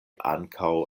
ankaŭ